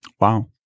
Wow